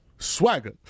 Swagger